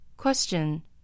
Question